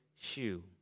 shoe